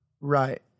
Right